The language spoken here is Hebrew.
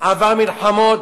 עבר מלחמות,